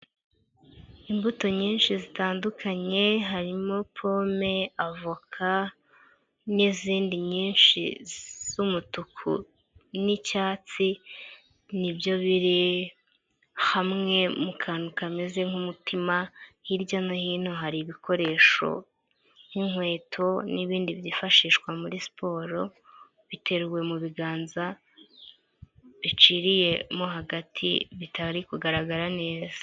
Imbuto nyinshi zitandukanye, harimo pome, avoka, n'izindi nyinshi z'umutuku n'icyatsi, ni byo biri hamwe mu kantu kameze nk'umutima, hirya no hino hari ibikoresho nk'inkweto, n'ibindi byifashishwa muri siporo, biteruwe mu biganza, biciriyemo hagati, bitari kugaragara neza.